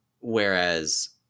whereas